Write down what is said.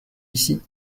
ici